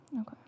Okay